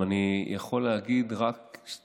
אנחנו מתחילים עם חברת הכנסת קטי קטרין שטרית,